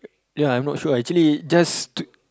ya I'm not sure actually just to